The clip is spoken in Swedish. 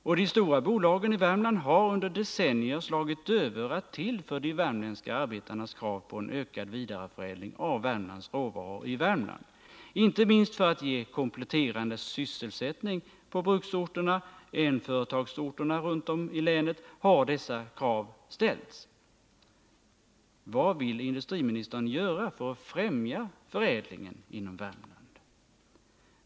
Och de stora bolagen i Värmland har under decennier slagit dövörat till för de värmländska arbetarnas krav på en ökad vidareförädling av Värmlands råvaror i Värmland. Inte minst för att ge kompletterande sysselsättning på bruksorterna, en-företagsorterna runt om i länet, har dessa krav ställts. Vad vill industriministern göra för att främja förädlingen inom Värmland?